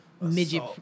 midget